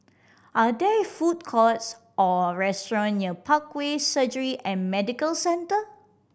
are there food courts or restaurant near Parkway Surgery and Medical Centre